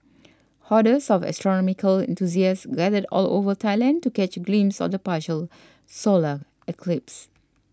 hordes of astronomical enthusiasts gathered all over Thailand to catch a glimpse of the partial solar eclipse